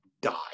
die